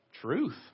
truth